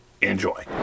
Enjoy